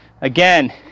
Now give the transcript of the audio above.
Again